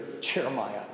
Jeremiah